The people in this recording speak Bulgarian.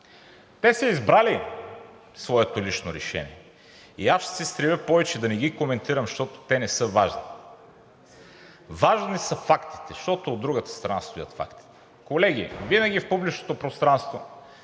Те са избрали своето лично решение и аз ще се стремя повече да не ги коментирам, защото те не са важни, а важни са фактите, защото от другата страна стоят фактите. Колеги, винаги в публичното пространство,